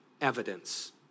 evidence